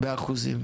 באחוזים?